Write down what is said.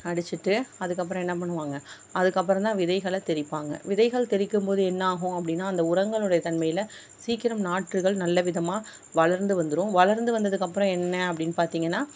அடிச்சுட்டு அதுக்கப்புறம் என்ன பண்ணுவாங்க அதுக்கப்பறம்தான் விதைகளை தெளிப்பாங்க விதைகள் தெளிக்கும்போது என்ன ஆகும் அப்படின்னா அந்த உரங்களோட தன்மையில் சீக்கிரம் நாற்றுகள் நல்ல விதமாக வளர்ந்து வந்துடும் வளர்ந்து வந்ததுக்கப்புறம் என்ன அப்டின்னு பார்த்தீங்கன்னா